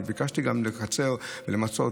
אני ביקשתי גם לקצר ולמצות.